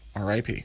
RIP